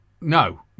No